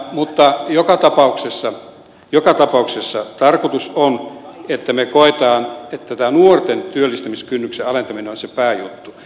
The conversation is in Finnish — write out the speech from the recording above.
mutta joka tapauksessa tarkoitus on että me koemme että tämä nuorten työllistämiskynnyksen alentaminen on se pääjuttu